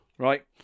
Right